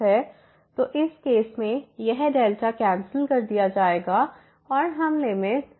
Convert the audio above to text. तो इस केस में यह Δx कैंसिल कर दिया जाएगा और हम Δx→0ले रहे हैं